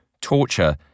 torture